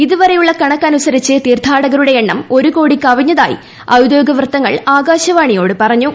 ഇതുവരെ യുള്ള കണക്ക് അനുസരിച്ച് തീർത്ഥാടകരുടെ എണ്ണം ഒരുകോടി കവിഞ്ഞതായി ഔദ്യോഗിക വൃത്തങ്ങൾ ആകാശവാണിയോട് പറഞ്ഞു